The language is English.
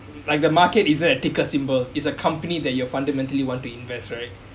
like the market isn't a ticker symbol it's the company that you are fundamentally want to invest right